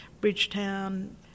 Bridgetown